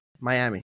Miami